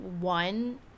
one